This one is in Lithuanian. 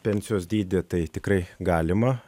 pensijos dydį tai tikrai galima